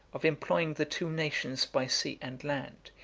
of employing the two nations by sea and land,